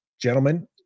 gentlemen